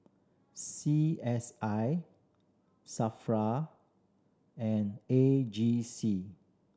C S I SAFRA and A G C